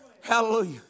Hallelujah